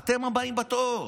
אתם הבאים בתור.